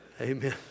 Amen